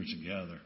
together